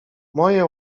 moje